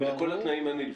ולכל התנאים הנלווים?